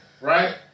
Right